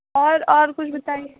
اور اور کچھ بتائیے